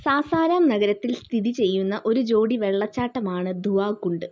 സാസാരാം നഗരത്തിൽ സ്ഥിതി ചെയ്യുന്ന ഒരു ജോടി വെള്ളച്ചാട്ടമാണ് ദുവാ കുണ്ട്